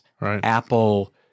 Apple